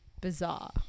bizarre